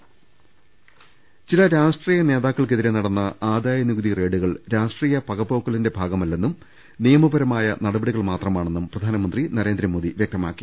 രുട്ടിട്ട്ട്ട്ട്ട്ട്ട ചില രാഷ്ട്രീയ നേതാക്കൾക്കെതിരെ നടന്ന ആദായനികുതി റെയ്ഡു കൾ രാഷ്ട്രീയ പകപോക്കലിന്റെ ഭാഗമല്ലെന്നും നിയമപരമായ നടപടികൾ മാത്രമാണെന്നും പ്രധാനമന്ത്രി നരേന്ദ്രമോദി വൃക്തമാക്കി